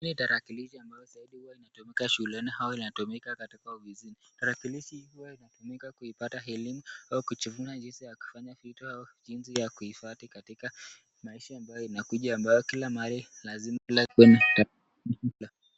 Hili ni tarakilishi ambao zaidi huwa inatumika shuleni au inatumika katika ofisini, tarakilishi huwa inatumika kuipata helimu, hau kujivuna jinsi ya kufanya vitu au, kujua jinsi ya kuhifadhi katika, maisha ambayo inakuja, ambayo kila mahali, lazima inatum ka.